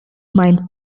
mind